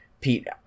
Pete